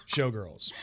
Showgirls